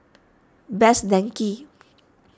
Best Denki